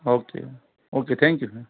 okay okay thank you